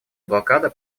блокада